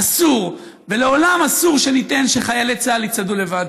אסור ולעולם אסור שניתן שחיילי צה"ל יצעדו לבד.